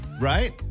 Right